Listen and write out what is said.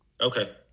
Okay